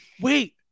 Wait